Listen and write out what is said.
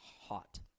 hot